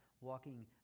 walking